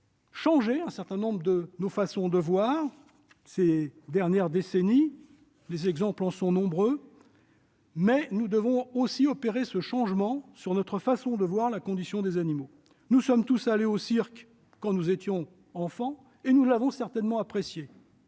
modifié certaines de nos façons de voir au cours des dernières décennies, les exemples en sont nombreux. Nous devons maintenant faire évoluer notre façon de voir la condition des animaux. Nous sommes tous allés au cirque quand nous étions enfants et nous l'avons certainement apprécié.